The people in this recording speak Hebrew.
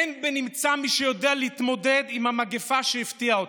אין בנמצא מי שיודע להתמודד עם המגפה שהפתיעה אותנו,